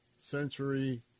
century